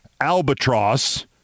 Albatross